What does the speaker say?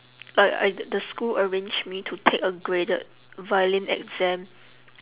like I di~ the school arranged me to take a graded violin exam